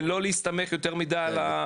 לא להסתמך יותר מידי.